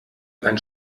ein